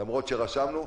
למרות שרשמנו.